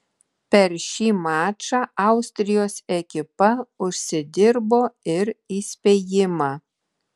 per šį mačą austrijos ekipa užsidirbo ir įspėjimą